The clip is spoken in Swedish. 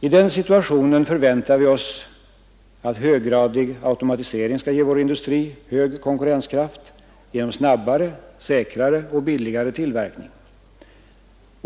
I den situationen förväntar vi oss att höggradig automatisering skall ge vår industri hög konkurrenskraft genom snabbare, säkrare och billigare tillverkning.